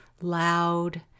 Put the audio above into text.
loud